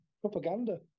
propaganda